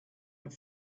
and